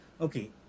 okay